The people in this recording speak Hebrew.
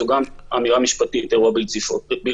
זו גם אמירה משפטית: אירוע בלתי צפוי,